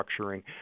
structuring